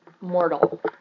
mortal